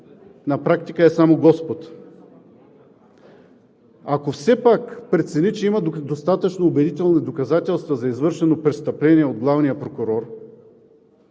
на практика над него е само Господ? Ако все пак прецени, че има достатъчно убедителни доказателства за извършено престъпление от главния прокурор,